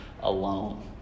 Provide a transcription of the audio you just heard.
Alone